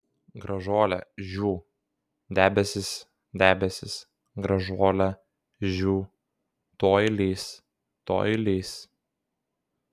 gražuole žiū debesis debesis gražuole žiū tuoj lis tuoj lis